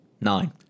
Nine